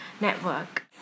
network